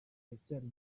aracyari